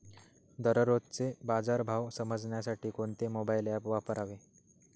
दररोजचे बाजार भाव समजण्यासाठी कोणते मोबाईल ॲप वापरावे?